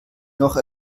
noch